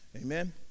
amen